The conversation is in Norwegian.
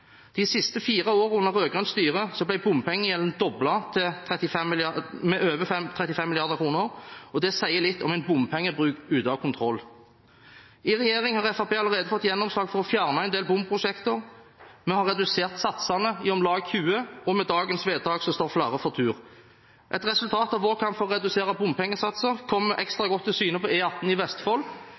De siste fire årene under rød-grønt styre ble bompengegjelden doblet til over 35 mrd. kr. Det sier litt om en bompengebruk ute av kontroll. I regjering har Fremskrittspartiet allerede fått gjennomslag for å fjerne en del bomprosjekter, vi har redusert satsene i om lag 20, og med dagens vedtak står flere for tur. Et resultat av vår kamp for å redusere bompengesatser kommer ekstra godt til syne på E18 i Vestfold,